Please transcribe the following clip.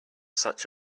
such